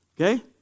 Okay